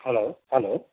hello hello